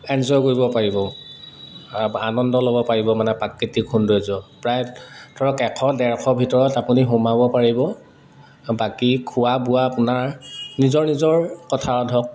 enjoy কৰিব পাৰিব আনন্দ ল'ব পাৰিব মানে প্ৰাকৃতিক সৌন্দৰ্য প্ৰায় ধৰক এশ ডেৰশ ভিতৰত আপুনি সোমাব পাৰিব বাকী খোৱা বোৱা আপোনাৰ নিজৰ নিজৰ কথা ধৰক